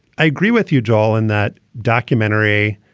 i agree with you, joel, in that documentary,